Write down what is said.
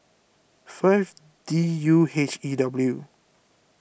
five D U H E W